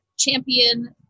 champion